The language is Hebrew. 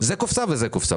זאת קופסה וזאת קופסה.